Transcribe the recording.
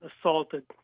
assaulted